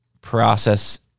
process